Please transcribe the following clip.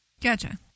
Gotcha